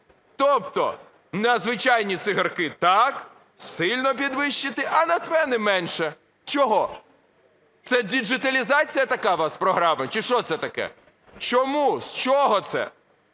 Тобто на звичайні цигарки – так, сильно підвищити, а на ТВЕНи менше. Чого? Це діджиталізація така у вас програми, чи що це таке? Чому? З чого це?